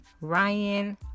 Ryan